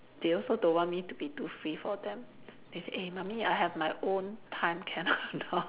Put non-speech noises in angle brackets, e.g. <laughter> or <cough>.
they also don't want me to be too free for them they say eh mummy I have my own time can or not <laughs>